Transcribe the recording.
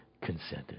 consented